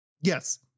yes